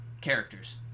characters